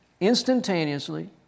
instantaneously